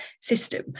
system